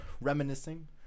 reminiscing